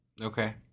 okay